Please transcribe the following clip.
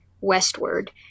westward